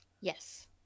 Yes